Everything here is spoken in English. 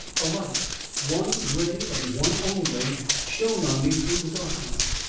a light one ray and one only shone on me through the darkness.